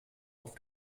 auf